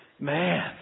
man